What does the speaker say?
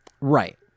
Right